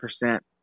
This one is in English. percent